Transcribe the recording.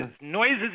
noises